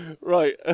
Right